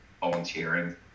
volunteering